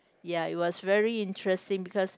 ya it was very interesting because